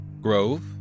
grove